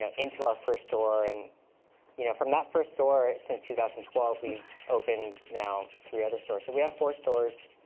ah into our first store. and you know from that first store since two thousand and twelve, we've opened, now, three other stores. so we have four stores,